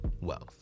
wealth